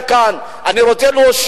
אני רוצה להגיע לכאן,